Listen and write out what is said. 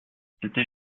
c’était